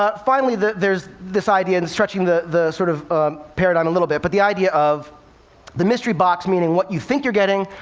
ah finally, there's this idea and stretching the the sort of paradigm a little bit but the idea of the mystery box. meaning, what you think you're getting,